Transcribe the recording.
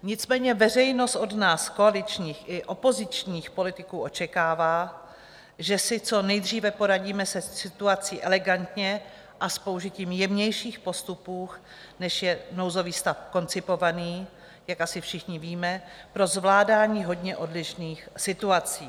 Nicméně veřejnost od nás, koaličních i opozičních politiků, očekává, že si co nejdříve poradíme se situací elegantně a s použitím jemnějších postupů, než je nouzový stav, koncipovaný jak asi všichni víme pro zvládání hodně odlišných situací.